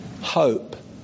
hope